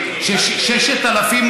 ש-6,000,